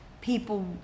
People